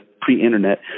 pre-internet